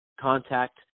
contact